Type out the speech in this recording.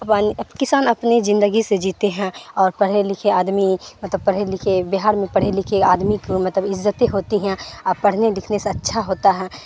اپن کسان اپنی زندگی سے جیتے ہیں اور پڑھے لکھے آدمی مطلب پڑھے لکھے بہار میں پڑھے لکھے آدمی کو مطلب عزتیں ہوتی ہیں اور پڑھنے لکھنے سے اچھا ہوتا ہے